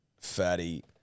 Fatty